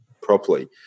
properly